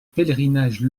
pèlerinage